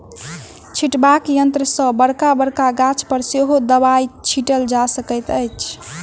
छिटबाक यंत्र सॅ बड़का बड़का गाछ पर सेहो दबाई छिटल जा सकैत अछि